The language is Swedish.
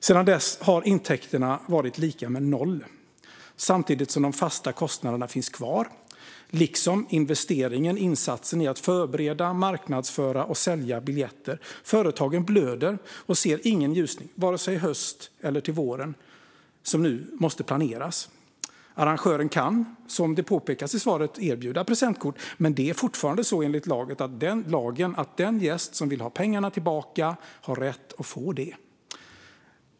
Sedan dess har intäkterna varit lika med noll samtidigt som de fasta kostnaderna finns kvar liksom investeringen, insatsen i att förbereda, marknadsföra och sälja biljetter. Företagen blöder och ser ingen ljusning vare sig i höst eller till våren som nu måste planeras. Arrangören kan, som det påpekas i svaret, erbjuda presentkort. Men det är fortfarande så enligt lagen att den gäst som vill ha pengarna tillbaka har rätt att få det.